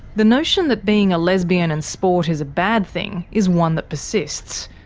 the notion that being a lesbian in sport is a bad thing is one that persists.